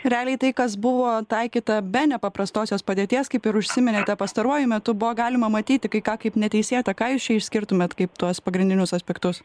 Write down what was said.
realiai tai kas buvo taikyta be nepaprastosios padėties kaip ir užsiminėte pastaruoju metu buvo galima matyti kai ką kaip neteisėtą ką jūs čia išskirtumėt kaip tuos pagrindinius aspektus